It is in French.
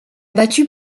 battu